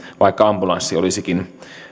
vaikka ambulanssi olisikin